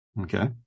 Okay